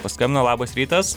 paskambino labas rytas